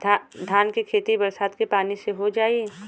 धान के खेती बरसात के पानी से हो जाई?